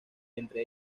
entre